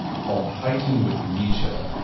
called hiking with nietzsche.